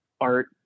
art